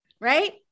right